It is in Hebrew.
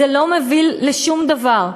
זה לא מוביל לשום דבר,